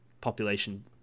population